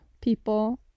people